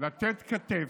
לתת כתף.